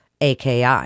AKI